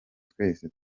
twese